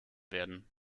werden